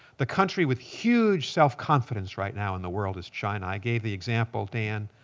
the country with huge self-confidence right now in the world is china. i gave the example, dan,